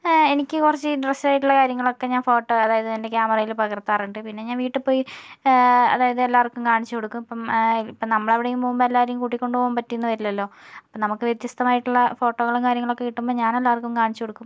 എനിക്ക് കുറച്ച് ഇൻട്രസ്റ്റായിട്ടുള്ള കാര്യങ്ങളൊക്കെ ഞാൻ ഫോട്ടോ അതായത് എൻ്റെ ക്യാമറയിൽ പകർത്താറുണ്ട് പിന്നെ ഞാൻ വീട്ടിൽപ്പോയി അതായത് എല്ലാവർക്കും കാണിച്ചു കൊടുക്കും ഇപ്പം ഇപ്പം നമ്മളെവിടെയെങ്കിലും പോകുമ്പോൾ എല്ലാവരേയും കൂട്ടിക്കൊണ്ടുപോവാൻ പറ്റിയെന്ന് വരില്ലല്ലോ അപ്പോൾ നമുക്ക് വ്യത്യസ്തമായിട്ടുള്ള ഫോട്ടോകളും കാര്യങ്ങളൊക്കെ കിട്ടുമ്പോൾ ഞാൻ എല്ലാവർക്കും കാണിച്ചു കൊടുക്കും